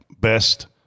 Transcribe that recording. Best